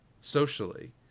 socially